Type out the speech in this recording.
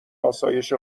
آسایش